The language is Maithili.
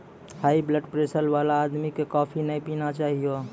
हाइब्लडप्रेशर वाला आदमी कॅ कॉफी नय पीना चाहियो